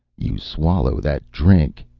you swallow that drink,